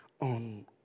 on